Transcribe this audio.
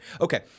Okay